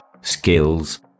skills